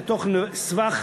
לתוך הסבך